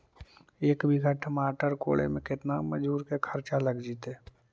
एक बिघा टमाटर कोड़े मे केतना मजुर के खर्चा लग जितै?